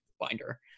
binder